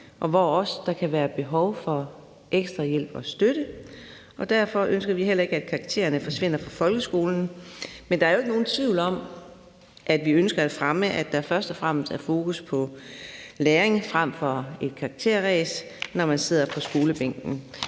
og hvor der kan være behov for ekstra hjælp og støtte. Derfor ønsker vi heller ikke, at karaktererne forsvinder fra folkeskolen. Men der er jo ikke nogen tvivl om, at vi ønsker at fremme, at der først og fremmest er fokus på læring frem for et karakterræs, når man sidder på skolebænken.